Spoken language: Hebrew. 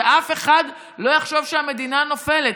ואף אחד לא יחשוב שהמדינה נופלת.